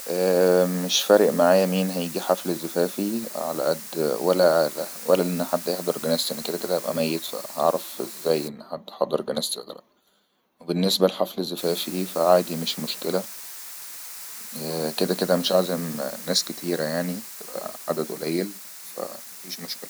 مشفارق معايا مين يجي حفل زفافي على ئد ولا ان حد يحضر جنستي لاني كده كده ميت حد حضر جنازتي ولالال و بالنسبة لحفل زفافي فعادي مش مشكلة كداكدا مش عازم ناس كتيرة يعني هو عدد قليل فا فيش مشكله